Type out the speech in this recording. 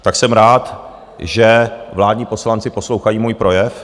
Tak jsem rád, že vládní poslanci poslouchají můj projev.